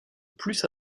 plus